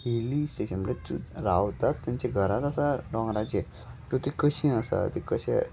hilly station म्हणल्या तं रावतात तेंचे घरांत आसा डोंगराचे तर तीं कशीें आसा ती कशें